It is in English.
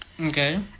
Okay